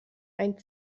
ein